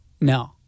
No